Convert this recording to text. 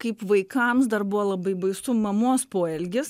kaip vaikams dar buvo labai baisu mamos poelgis